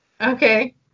Okay